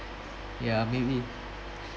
ya may be